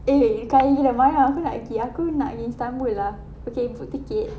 eh kaya gila mariam aku nak pergi aku nak pergi istanbul lah okay book ticket